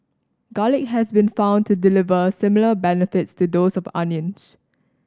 garlic has been found to deliver similar benefits to those of onions